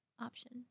option